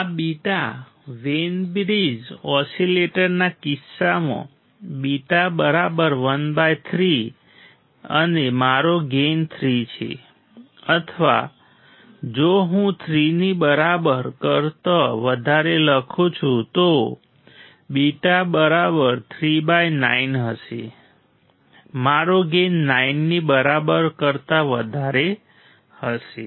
આ β Wien bridge ઓસિલેટરના કિસ્સામાં β13 અને મારો ગેઇન 3 છે અથવા જો હું 3 ની બરાબર કરતાં વધારે લખું છું તો β39 હશે મારો ગેઇન 9 ની બરાબર કરતાં વધારે હશે